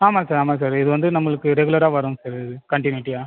ஆமாங்க சார் ஆமாம் சார் இது வந்து நம்மளுக்கு ரெகுலராக வருங்க சார் இது கண்ட்டினுட்டியாக